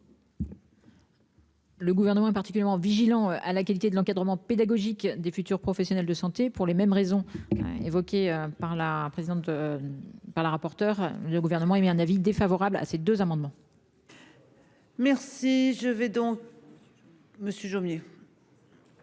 Le gouvernement est particulièrement vigilants à la qualité de l'encadrement pédagogique des futurs professionnels de santé pour les mêmes raisons évoquées par la présidente. Par la rapporteure. Le Gouvernement émet un avis défavorable à ces deux amendements.-- Merci je vais donc. Monsieur Jomier.--